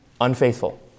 unfaithful